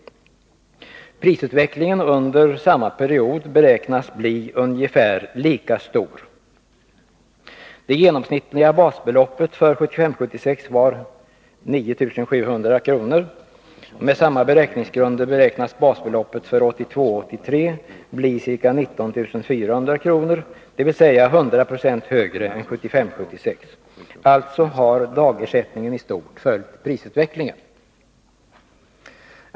Prisutvecklingen under samma period beräknas bli ungefär lika stor. Det genomsnittliga basbeloppet för 1975 83 bli ca 19 400 kr., dvs. 100 26 högre än 1975/76. Alltså har dagersättningen i stort följt prisutvecklingen.